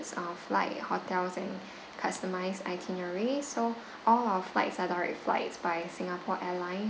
uh flight hotels and customised itinerary so all our flights are direct flights by singapore airlines